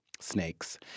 snakes